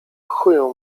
chuju